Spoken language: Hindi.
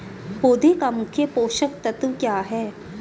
पौधे का मुख्य पोषक तत्व क्या हैं?